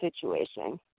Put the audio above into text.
situation